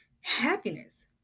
happiness